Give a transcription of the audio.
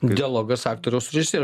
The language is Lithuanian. dialogas aktoriaus su režisierium